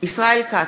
ישראל כץ,